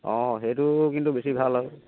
অঁ সেইটো কিন্তু বেছি ভাল হয়